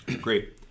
Great